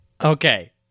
Okay